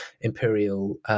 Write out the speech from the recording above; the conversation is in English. imperial